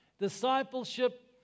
discipleship